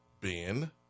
Ben